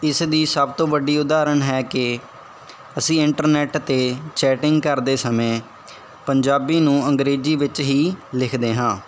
ਇਸ ਦੀ ਸਭ ਤੋਂ ਵੱਡੀ ਉਦਾਹਰਨ ਹੈ ਕਿ ਅਸੀਂ ਇੰਟਰਨੈਟ 'ਤੇ ਚੈਟਿੰਗ ਕਰਦੇ ਸਮੇਂ ਪੰਜਾਬੀ ਨੂੰ ਅੰਗਰੇਜ਼ੀ ਵਿੱਚ ਹੀ ਲਿਖਦੇ ਹਾਂ